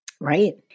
Right